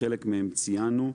חלק מהן ציינו.